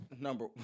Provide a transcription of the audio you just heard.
Number